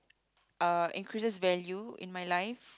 uh increases value in my life